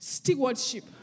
Stewardship